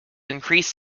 increased